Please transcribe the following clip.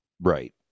Right